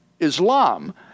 Islam